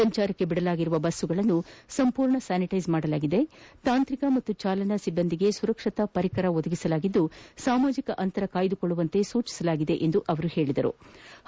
ಸಂಚಾರಕ್ಷೆ ಬಿಡಲಾಗಿರುವ ಬಸ್ಗಳನ್ನು ಸಂಪೂರ್ಣ ಸ್ಥಾನಿಟ್ಟೆಸ್ ಮಾಡಲಾಗಿದೆ ತಾಂತ್ರಿಕ ಹಾಗೂ ಚಾಲನಾ ಸಿಬ್ಬಂದಿಗೆ ಸುರಕ್ಷತಾ ಪರಿಕರಗಳನ್ನು ಒದಗಿಸಲಾಗಿದ್ದು ಸಾಮಾಜಿಕ ಅಂತರ ಕಾಯ್ದುಕೊಳ್ಳುವಂತೆ ಸೂಚಿಸಲಾಗಿದೆ ಎಂದು ಅವರು ಹೇಳದರು